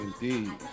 indeed